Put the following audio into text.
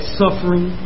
suffering